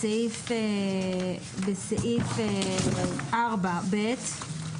בסעיף 4(ב).